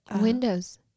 Windows